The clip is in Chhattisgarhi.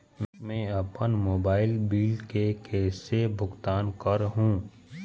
मैं अपन मोबाइल बिल के कैसे भुगतान कर हूं?